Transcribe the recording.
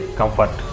comfort